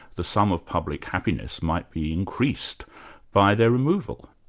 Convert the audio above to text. the sum of public happiness might be increased by their removal.